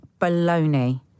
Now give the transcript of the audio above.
baloney